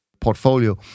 portfolio